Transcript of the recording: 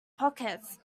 pockets